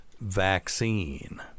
Vaccine